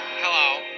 hello